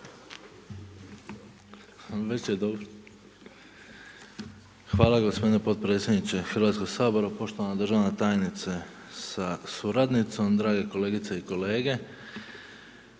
Hvala gospodine potpredsjedniče Hrvatskoga sabora, poštovana državna tajnice sa suradnicom, drage kolegice i kolege.